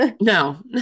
No